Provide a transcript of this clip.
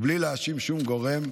בלי להאשים שום גורם,